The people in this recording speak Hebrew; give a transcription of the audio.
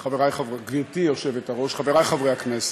גברתי היושבת-ראש, חברי חברי הכנסת,